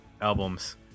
Albums